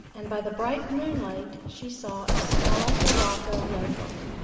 and by the bright moonlight she saw a small morocco note-book.